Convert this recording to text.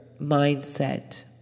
mindset